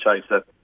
chaser